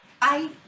Bye